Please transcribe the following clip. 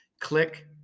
click